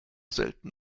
selten